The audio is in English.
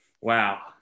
Wow